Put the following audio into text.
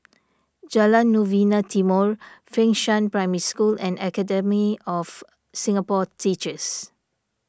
Jalan Novena Timor Fengshan Primary School and Academy of Singapore Teachers